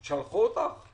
שלחו אותך?